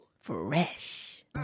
Fresh